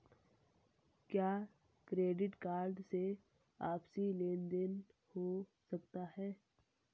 क्या credit card से आपसी लेनदेन हो सकता है?